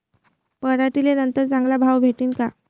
पराटीले नंतर चांगला भाव भेटीन का?